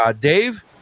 Dave